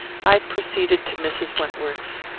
i proceeded to mrs. wentworth's.